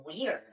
weird